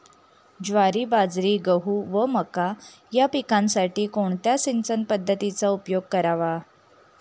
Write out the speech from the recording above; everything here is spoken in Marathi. ज्वारी, बाजरी, गहू व मका या पिकांसाठी कोणत्या सिंचन पद्धतीचा उपयोग करावा?